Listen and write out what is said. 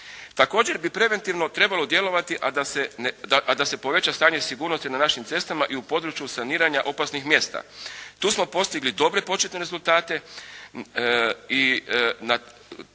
Također bi preventivno trebalo djelovati a da se poveća stanje sigurnosti na našim cestama i u području saniranja opasnih mjesta. Tu smo postigli dobre početne rezultate i na,